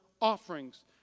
offerings